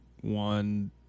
one